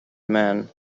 man